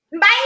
Bye